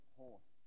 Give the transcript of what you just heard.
horse